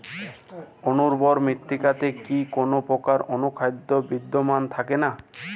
অনুর্বর মৃত্তিকাতে কি কোনো প্রকার অনুখাদ্য বিদ্যমান থাকে না?